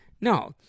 No